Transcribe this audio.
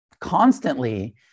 constantly